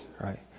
right